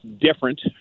different